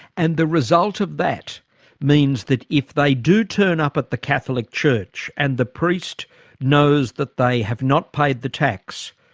and the result of that means that if they do turn up at the catholic church and the priest knows that they have not paid the tax,